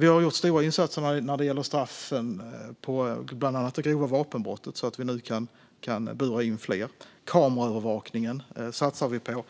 Vi har gjort stora insatser när det gäller straffen, bland annat för det grova vapenbrottet, så att vi nu kan bura in fler. Kameraövervakningen satsar vi på.